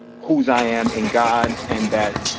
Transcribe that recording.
whose i am in god, and that,